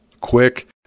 quick